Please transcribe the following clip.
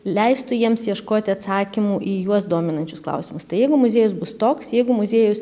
leistų jiems ieškoti atsakymų į juos dominančius klausimus tai jeigu muziejus bus toks jeigu muziejus